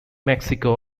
mexico